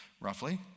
roughly